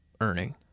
earning